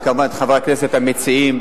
וכמובן את חברי הכנסת המציעים,